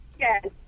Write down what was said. Yes